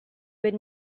would